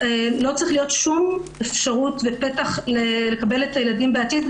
לא צריכה להיות לו שום אפשרות ופתח לקבל את הילדים בעתיד.